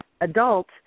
adult